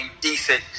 decent